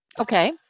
Okay